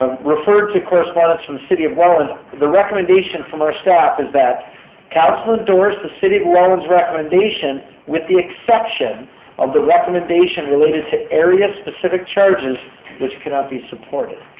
ah referred to correspondence from city of welland. the recommendation from our staff is that council endorse the city of welland's recommendation with the exception of the recommendation related to area specific charges which can not be supported.